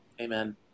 Amen